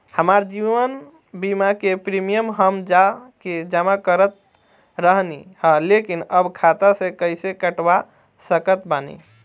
हमार जीवन बीमा के प्रीमीयम हम जा के जमा करत रहनी ह लेकिन अब खाता से कइसे कटवा सकत बानी?